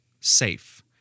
safe